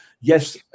Yes